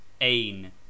Ain